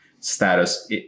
status